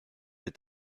est